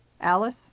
Alice